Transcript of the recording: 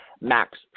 Max